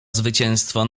zwycięstwo